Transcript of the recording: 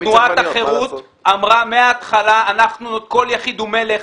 תנועת החירות אמרה מההתחלה: כל יחיד הוא מלך,